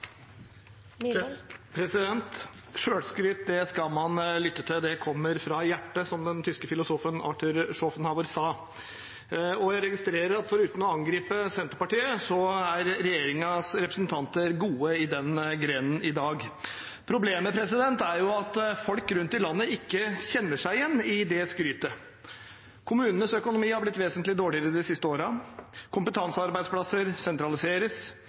skal man lytte til, det kommer fra hjertet, som den tyske filosofen Arthur Schopenhauer sa. Jeg registrerer at foruten å angripe Senterpartiet, er regjeringens representanter gode i den grenen i dag. Problemet er at folk rundt i landet ikke kjenner seg igjen i det skrytet. Kommunenes økonomi har blitt vesentlig dårligere de siste årene, kompetansearbeidsplasser sentraliseres,